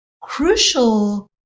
crucial